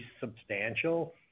substantial